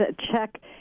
check